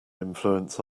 influence